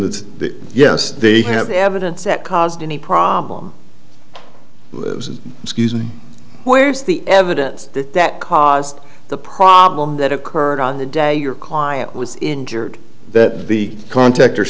that yes they have evidence that caused any problem excusing where's the evidence that caused the problem that occurred on the day your client was injured that the contactor